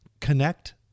connect